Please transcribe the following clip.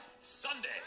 Sunday